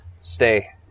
stay